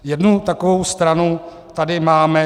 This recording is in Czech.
Jednu takovou stranu tady máme.